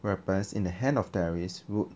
weapons in the hands of terrorists would